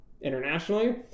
internationally